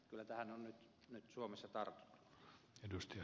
kyllä tähän on nyt suomessa tartuttu